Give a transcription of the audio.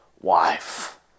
wife